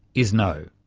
is no.